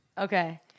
Okay